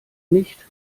nicht